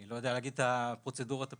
אני לא יודע להגיד את הפרוצדורות הפנימיות,